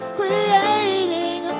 creating